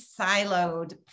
siloed